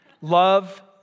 Love